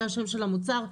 זה השם של המוצר,